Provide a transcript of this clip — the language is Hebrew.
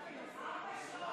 הוא הכין ולמד את